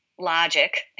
logic